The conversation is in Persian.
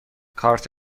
کارت